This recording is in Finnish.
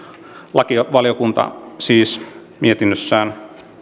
lakivaliokunta siis mietinnössään